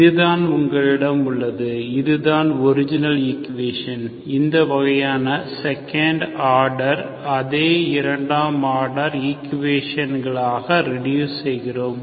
இதுதான் உங்களிடம் உள்ளது இதுதான் ஒரிஜினல் ஈக்குவேஷன் இந்த வகையான செகண்ட் ஆர்டர் அதே இரண்டாம் ஆர்டர் ஈக்குவேஷன்களாக ரெடுஸ் செய்கிறோம்